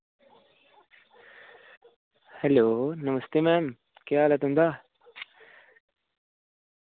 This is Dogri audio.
हैलो नमस्ते मैम केह् हाल तुंदा